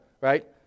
right